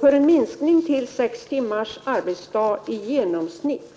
För en minskning till sex timmars arbetsdag i genomsnitt